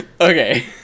Okay